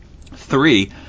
Three